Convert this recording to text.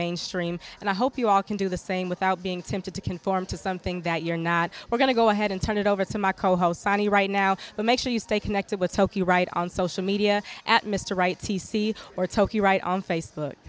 mainstream and i hope you all can do the same without being tempted to conform to something that you're not we're going to go ahead and turn it over to my co host sonny right now but make sure you stay connected with tokyo right on social media at mr right see see or talk you right on facebook